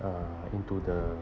uh into the